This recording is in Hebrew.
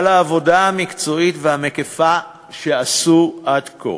על העבודה המקצועית והמקיפה שעשו עד כה.